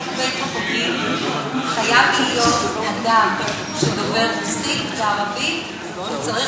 חייב להיות אדם דובר רוסית וערבית שצריך